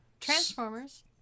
Transformers